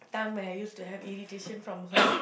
time when I used to have irritation from her